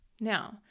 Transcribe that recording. Now